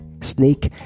sneak